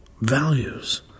values